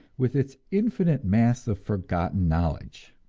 with its infinite mass of forgotten knowledge.